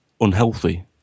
unhealthy